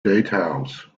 details